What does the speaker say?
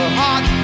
hot